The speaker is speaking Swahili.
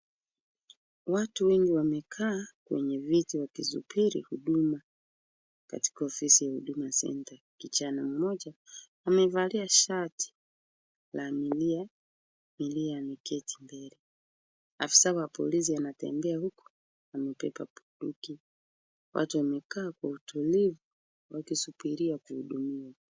Watu wamekaa kwenye viti wakisubiri huduma katika ofisi ya Huduma Centre. Kijana mmoja amevalia shati la milia ameketi mbele. Afisa wa polisi anatembea huku amebeba bunduki. Watu wamekaa kwa utulivu wakisubiria kuhudumiwa.